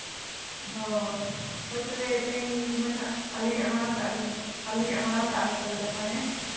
ᱦᱳᱭ ᱦᱳᱭ ᱛᱚᱵᱮ ᱛᱮᱦᱤᱧ ᱦᱳᱭ ᱱᱟᱦᱟᱸᱜ ᱟᱹᱞᱤᱧᱟᱜ ᱢᱟᱲᱟᱝ ᱠᱟᱜ ᱵᱤᱱ ᱟᱹᱞᱤᱧᱟᱜ ᱢᱟᱲᱟᱝ ᱠᱟᱜ ᱢᱮ ᱛᱚᱵᱮ ᱜᱟᱯᱟ ᱦᱮᱸ